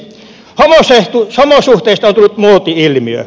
homosuhteista on tullut muoti ilmiö